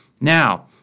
now